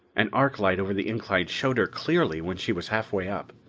an arc light over the incline showed her clearly when she was half way up.